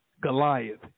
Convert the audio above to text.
Goliath